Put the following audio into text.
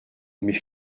mais